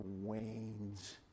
wanes